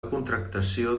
contractació